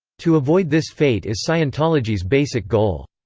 to avoid this fate is scientology's basic goal.